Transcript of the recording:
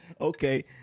Okay